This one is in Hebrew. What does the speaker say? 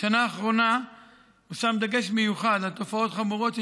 בשנה האחרונה הושם דגש מיוחד על תופעות חמורות של